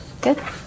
Good